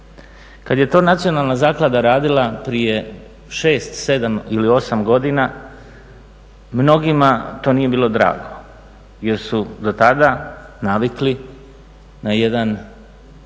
Kad je to nacionalna zaklada radila prije 6, 7 ili 8 godina mnogima to nije bilo drago jer su do tada navikli na jedan